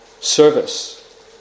service